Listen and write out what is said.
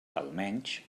almenys